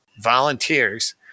volunteers